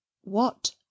What